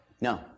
No